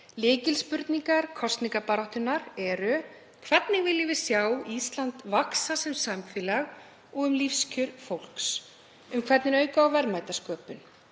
Lykilspurningar kosningabaráttunnar eru hvernig við viljum sjá Ísland vaxa sem samfélag og um lífskjör fólks. Um hvernig auka á verðmætasköpun